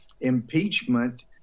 impeachment